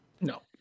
no